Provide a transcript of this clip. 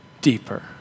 deeper